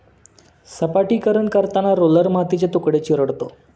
सपाटीकरण करताना रोलर मातीचे तुकडे चिरडतो